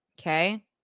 Okay